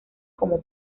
como